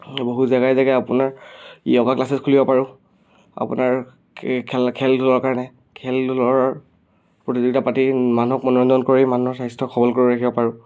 বহু জেগাই জেগাই আপোনাৰ য়োগা ক্লাছেছ খুলিব পাৰোঁ আপোনাৰ খেলা ধূলাৰ কাৰণে খেলা ধূলাৰ প্ৰতিযোগিতা পাতি মানুহক মনোৰঞ্জন কৰি মানুহৰ স্বাস্থ্য সবল কৰি ৰাখিব পাৰোঁ